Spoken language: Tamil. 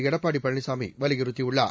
எடப்பாடி பழனிசாமி வலியுறுத்தியுள்ளார்